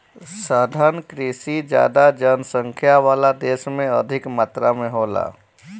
सघन कृषि ज्यादा जनसंख्या वाला देश में अधिक मात्रा में होला